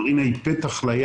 המרינה גוזלת.